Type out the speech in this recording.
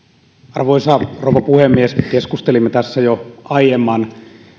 arvoisa rouva puhemies keskustelimme tässä jo aiemman